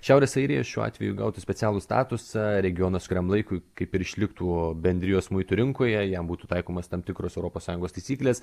šiaurės airija šiuo atveju gautų specialų statusą regionas kuriam laikui kaip ir išliktų bendrijos muitų rinkoje jam būtų taikomos tam tikras europos sąjungos taisyklės